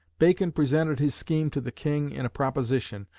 bacon presented his scheme to the king in a proposition,